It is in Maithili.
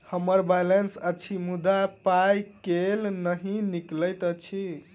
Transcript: हम्मर बैलेंस अछि मुदा पाई केल नहि निकलैत अछि?